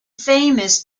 famous